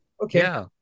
okay